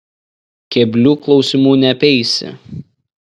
keblių klausimų neapeisi